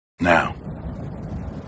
Now